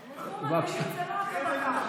ניחום אבלים זה לא אותו דבר.